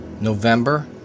November